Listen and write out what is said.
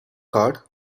card